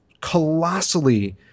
colossally –